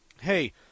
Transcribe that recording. hey